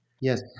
Yes